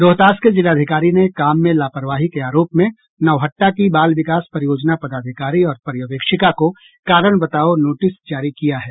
रोहतास के जिलाधिकारी ने काम में लापरवाही के आरोप में नौहट्टा की बाल विकास परियोजना पदाधिकारी और पर्यवेक्षिका को कारण बताओ नोटिस जारी किया है